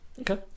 Okay